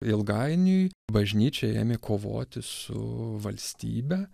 ilgainiui bažnyčia ėmė kovoti su valstybe